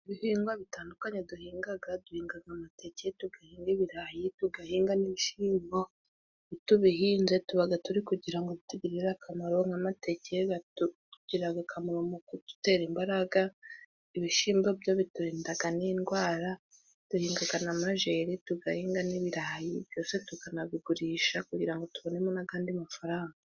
Ibihingwa bitandukanye duhinga, duhinga amateke tugahinga ibirayi, tugahinga n'ibishyimbo. Iyo tubihinze tuba turi kugira ngo bitugirire akamaro nk'amateke atugirira akamaro mu kudutera imbaraga, ibishyimbo byo biturinda n'indwara , duhinga n'amajeri tugahinga n'ibirayi byose tukanabigurisha, kugira ngo tubonemo n'andi mafaranga.